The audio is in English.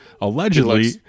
allegedly